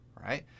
right